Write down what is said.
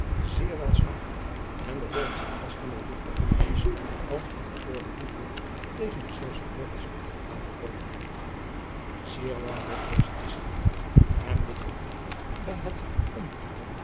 zeer wel smaakte en de ollandsche gasten door uffrouw als een voorbe driaan oosjes zn et leven van illegonda uisman hoedmiddel tegen de eeuwsche koorts werd aanbevolen eer lang werd deze disch gerekt en dit gevoegd bij het